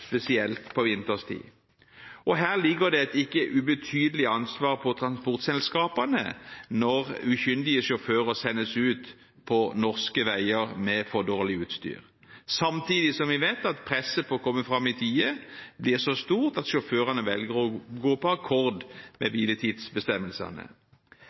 spesielt på vinterstid. Her ligger det et ikke ubetydelig ansvar på transportselskapene når ukyndige sjåfører sendes ut på norske veier med for dårlig utstyr, samtidig som vi vet at presset på å komme fram i tide blir så stort at sjåførene velger å gå på akkord med